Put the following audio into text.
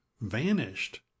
vanished